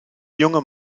junge